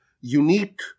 unique